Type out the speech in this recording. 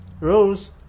Rose